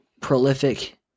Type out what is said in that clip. prolific